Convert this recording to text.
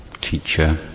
teacher